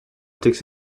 tycks